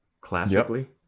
classically